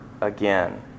again